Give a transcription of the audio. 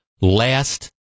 last